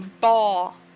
Ball